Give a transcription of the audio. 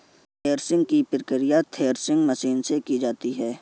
threshing की प्रकिया threshing machine से की जाती है